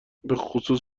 بخصوص